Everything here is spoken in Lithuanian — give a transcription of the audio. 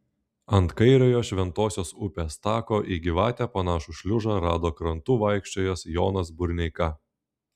ant kairiojo šventosios upės tako į gyvatę panašų šliužą rado krantu vaikščiojęs jonas burneika